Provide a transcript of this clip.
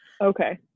Okay